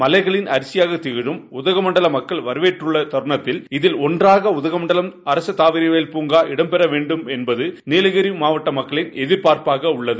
மலைகளின் அரசியாக திகழும் உதகமண்டல மக்கள் வரவேற்றுள்ள தருணத்தில் இதில் ஒன்றாக உதகமண்டல அரசு தாவிரவியல் பூங்கா இடம்பெற வேண்டும் என்பது நீலகிரி மாவட்ட மக்களின் எதிர்ப்பார்ப்பாக உள்ளது